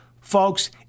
Folks